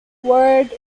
ward